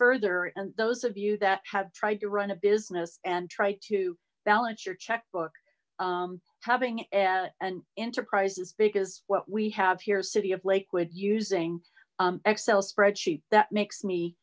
further and those of you that have tried to run a business and try to balance your checkbook having an enterprise as big as what we have here city of lakewood using excel spreadsheet that makes me